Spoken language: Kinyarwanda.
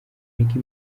nicki